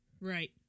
Right